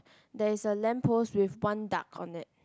there is a lamp post with one duck on it